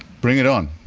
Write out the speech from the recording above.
bring it on.